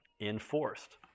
Enforced